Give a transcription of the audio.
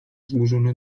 zburzono